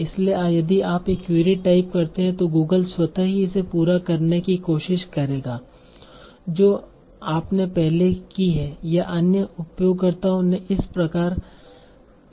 इसलिए यदि आप एक क्वेरी टाइप करते हैं तो गूगल स्वत ही इसे पूरा करने की कोशिश करेगा जो आपने पहले की है या अन्य उपयोगकर्ताओं ने इस प्रकारों के साथ क्वेरी की है